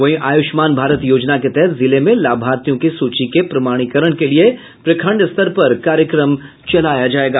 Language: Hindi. वहीं आयुष्मान भारत योजना के तहत जिले में लाभार्थियों की सूची के प्रमाणीकरण के लिए प्रखंड स्तर पर कार्यक्रम चलाया जायेगा